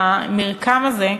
מהמרקם הזה,